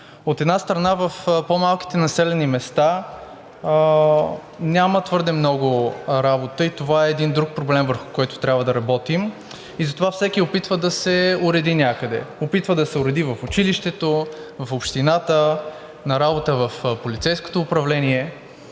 От една страна, в по-малките населени места няма твърде много работа и това е един друг проблем, върху който трябва да работим, и затова всеки опитва да се уреди някъде – опитва да се уреди в училището, в общината, на работа в полицейското управление.